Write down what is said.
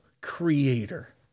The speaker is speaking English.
creator